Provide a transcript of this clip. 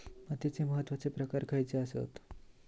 मातीचे महत्वाचे प्रकार खयचे आसत?